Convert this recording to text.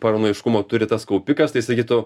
paranojiškumo turi tas kaupikas tai sakytų